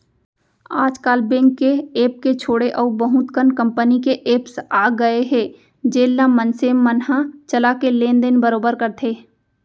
आज काल बेंक के ऐप के छोड़े अउ बहुत कन कंपनी के एप्स आ गए हे जेन ल मनसे मन ह चला के लेन देन बरोबर करथे